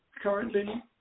currently